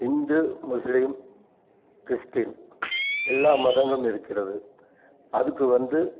இந்து முஸ்லீம் கிறிஸ்டின் எல்லா மதங்களும் இருக்கிறது அதுக்கு வந்து